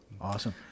Awesome